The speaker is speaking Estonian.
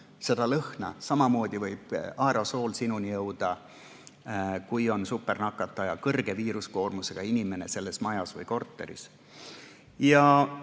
seda lõhna. Samamoodi võib aerosool sinuni jõuda, kui on supernakataja, suure nn viiruskoormusega inimene majas või korteris.